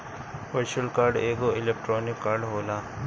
virtual card एगो electronic card होला